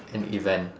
an event